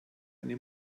eine